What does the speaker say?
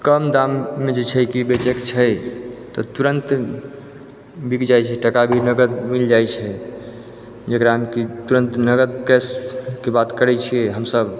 कम दाममे जे छै की बेचैके छै तऽ तुरन्त बिक जाइ छै टका भी नगद मिल जाइ छै जकरामे की तुरन्त नगद कैशके बात करै छिए हमसब